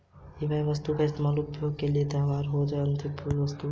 वह वस्तु जो इंसान के उपभोग के लिए तैयार हो उसे अंतिम वस्तु भी कहा जाता है